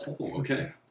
okay